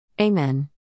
Amen